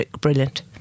brilliant